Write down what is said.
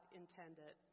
intended